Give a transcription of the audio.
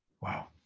Wow